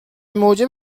موجب